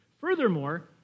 Furthermore